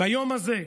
ביום הזה,